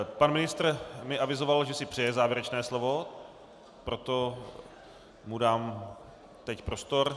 Pan ministr mi avizoval, že si přeje závěrečné slovo, proto mu dám teď prostor.